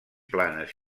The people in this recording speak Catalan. planes